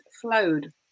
flowed